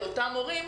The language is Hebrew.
של אותם מורים.